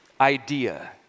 idea